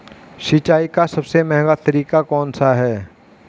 सिंचाई का सबसे महंगा तरीका कौन सा है?